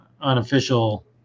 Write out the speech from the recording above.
unofficial